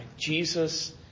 Jesus